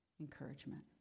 encouragement